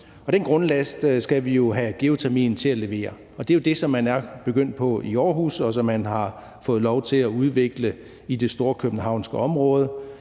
den grundlast skal vi jo have geotermien til at levere, og det er det, som man er begyndt på i Aarhus, og som man har fået lov til at udvikle i det storkøbenhavnske område.